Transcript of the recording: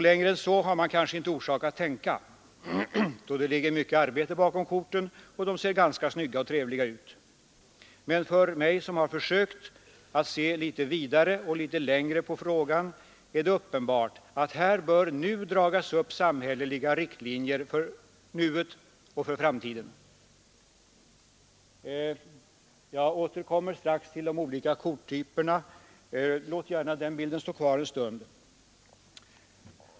Längre än så har man kanske inte orsak att tänka, då det ligger mycket arbete bakom korten och de ser ganska snygga och trevliga ut. Men för mig, som har försökt att se litet vidare och litet längre på frågan, är det uppenbart att samhälleliga riktlinjer här bör dragas upp för nuet och för framtiden.